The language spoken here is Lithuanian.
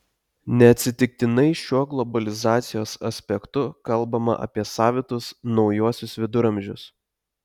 neatsitiktinai šiuo globalizacijos aspektu kalbama apie savitus naujuosius viduramžius